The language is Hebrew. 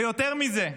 ויותר מזה,